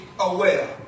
aware